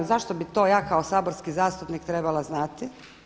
Zašto bi to ja kao saborski zastupnik trebala znati?